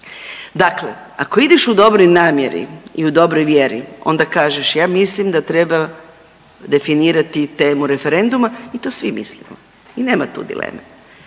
Dakle, ako ideš u dobroj namjeri i u dobroj vjeri, onda kažeš, ja mislim da treba definirati temu referenduma i to svi mislimo i nema tu dileme.